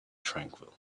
tranquil